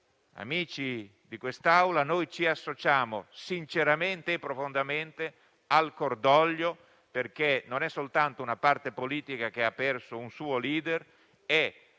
amici di quest'Aula, noi ci associamo sinceramente e profondamente al cordoglio perché non è soltanto una parte politica che ha perso un suo *leader*, ma sono la politica intera e l'Italia